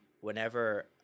whenever